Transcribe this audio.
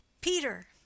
Peter